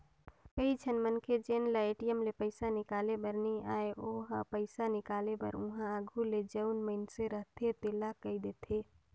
कइझन मनखे जेन ल ए.टी.एम ले पइसा हिंकाले बर नी आय ओ ह पइसा हिंकाले बर उहां आघु ले जउन मइनसे रहथे तेला कहि देथे